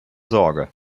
sorge